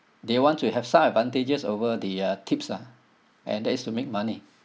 they want to have some advantages over the uh tips ah and that is to make money